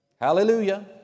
Hallelujah